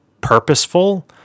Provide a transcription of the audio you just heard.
purposeful